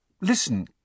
listen